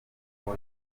kuko